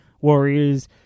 warriors